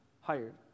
hired